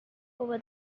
over